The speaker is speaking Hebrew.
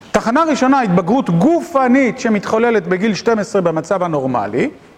תחנה ראשונה, התבגרות גופנית שמתחוללת בגיל 12 במצב הנורמלי